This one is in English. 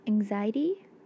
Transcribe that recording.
Anxiety